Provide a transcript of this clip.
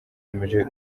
yemeje